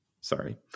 sorry